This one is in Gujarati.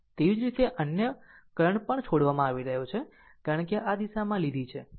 તેવી જ રીતે અન્ય કરંટ પણ છોડવામાં આવી રહ્યો છે કારણ કે આ દિશામાં લીધી છે